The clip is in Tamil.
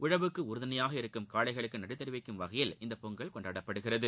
உழவுக்கு உறுதுணையாக இருக்கும் காளைகளுக்கு நன்றி தெரிவிக்கும் வகையில் இந்த பொங்கல் கொண்டாடப்படுகிறது